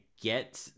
get